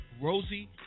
Rosie